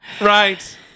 Right